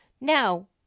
Now